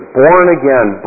born-again